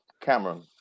Cameron